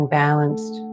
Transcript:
balanced